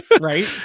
Right